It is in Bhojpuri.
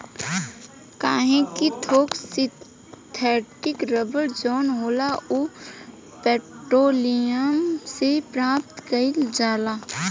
काहे कि थोक सिंथेटिक रबड़ जवन होला उ पेट्रोलियम से प्राप्त कईल जाला